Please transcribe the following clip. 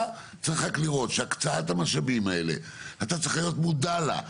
אתה צריך רק לראות שהקצאת המשאבים האלה אתה צריך להיות מודע לה,